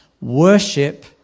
Worship